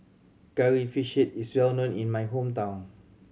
Curry Fish Head is well known in my hometown